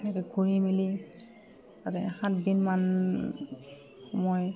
এনেকে ঘূৰি মেলি তাতে সাতদিনমান মই